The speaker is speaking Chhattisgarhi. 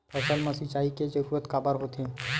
फसल मा सिंचाई के जरूरत काबर होथे?